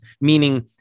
meaning